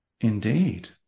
indeed